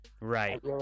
Right